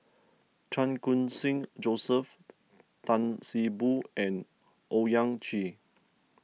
Chan Khun Sing Joseph Tan See Boo and Owyang Chi